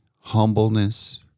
humbleness